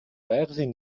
байгалийн